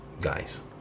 guys